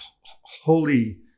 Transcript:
holy